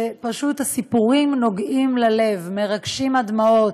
ופשוט הסיפורים נוגעים ללב, מרגשים עד דמעות.